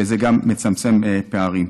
וגם זה מצמצם פערים.